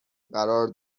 قرار